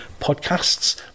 podcasts